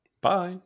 Bye